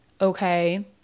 okay